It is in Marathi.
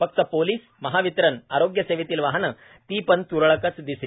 फक्त पोलीस महावितरण आरोग्य सेवेतील वाहने ती पण तुरळकच दिसली